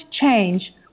change